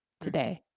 today